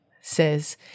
says